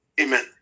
amen